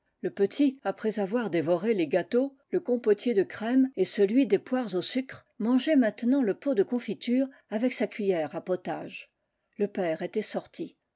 le petit après avoir dévoré les gâteaux le compotier de crème et celui des poires au sucre mangeait maintenant le pot de confitures avec sa cuiller à potage le père était sorti